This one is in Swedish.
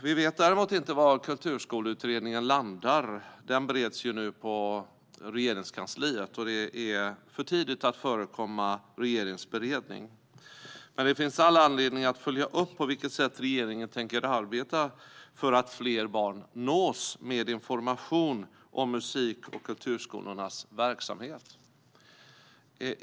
Vi vet däremot inte var Kulturskoleutredningen landar. Den bereds nu på Regeringskansliet, och det är för tidigt att förekomma regeringens beredning. Det finns dock all anledning att följa upp på vilket sätt regeringen tänker arbeta för att fler barn ska nås med information om musik och kulturskolornas verksamhet.